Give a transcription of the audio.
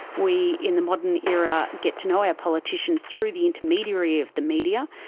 we in the modern era get to know our politicians through the intermediary of the media,